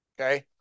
Okay